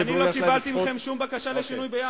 אני לא קיבלתי מכם שום בקשה לשינוי ביחס.